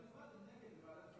ואתם הצבעתם נגד בוועדת שרים.